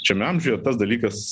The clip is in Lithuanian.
šiame amžiuje tas dalykas